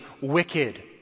wicked